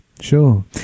Sure